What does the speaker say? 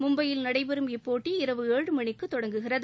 மும்பையில் நடைபெறும் இப்போட்டி இரவு ஏழு மணிக்கு தொடங்குகிறது